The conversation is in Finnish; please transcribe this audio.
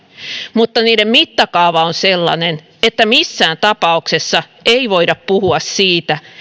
mutta niiden mittakaava on sellainen että missään tapauksessa ei voida puhua siitä